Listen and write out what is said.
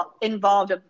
involved